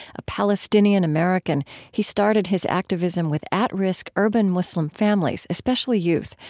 a palestinian-american, he started his activism with at-risk urban muslim families, especially youth,